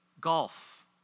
Golf